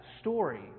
story